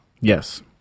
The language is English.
yes